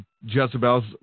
jezebels